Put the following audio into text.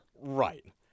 Right